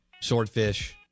swordfish